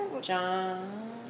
John